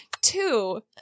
two